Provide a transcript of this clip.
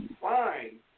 fine